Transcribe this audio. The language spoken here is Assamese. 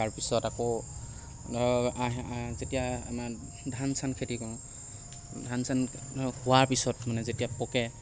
তাৰ পিছত আকৌ ধৰক যেতিয়া আমাৰ ধান চান খেতি কৰোঁ ধান চান হোৱাৰ পিছত মানে যেতিয়া পকে